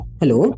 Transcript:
hello